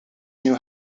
knew